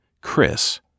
Chris